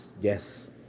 Yes